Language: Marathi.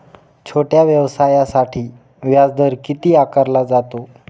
छोट्या व्यवसायासाठी व्याजदर किती आकारला जातो?